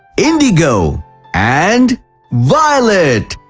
indigo and violet.